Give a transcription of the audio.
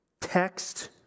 text